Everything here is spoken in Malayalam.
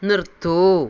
നിർത്തൂ